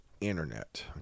internet